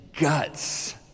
guts